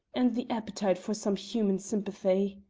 and the appetite for some human sympathy.